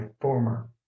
former